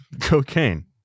cocaine